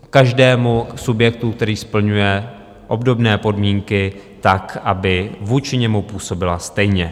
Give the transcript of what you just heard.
ke každému ze subjektů, který splňuje obdobné podmínky, působila stejně.